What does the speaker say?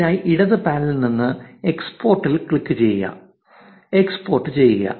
അതിനായി ഇടത് പാനലിൽ നിന്ന് എക്സ്പോർട്ടിൽ ക്ലിക്കുചെയ്ത് എക്സ്പോർട്ടു ചെയ്യുക